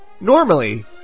Normally